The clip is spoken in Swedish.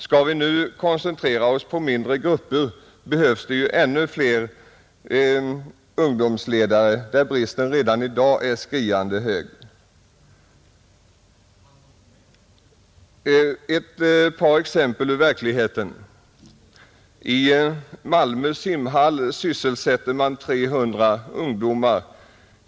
Skall vi nu koncentrera oss på mindre grupper behövs det ju ännu fler ungdomsledare där bristen redan i dag är skriande stor. Ett par exempel ur verkligheten! I Malmö simhall sysselsätter man 300 ungdomar.